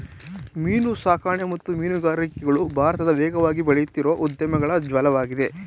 ಮೀನುಸಾಕಣೆ ಮತ್ತು ಮೀನುಗಾರಿಕೆಗಳು ಭಾರತದ ವೇಗವಾಗಿ ಬೆಳೆಯುತ್ತಿರೋ ಉದ್ಯಮಗಳ ಜಾಲ್ವಾಗಿದೆ